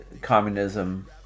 communism